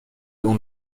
اون